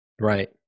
Right